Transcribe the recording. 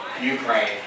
Ukraine